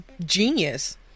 genius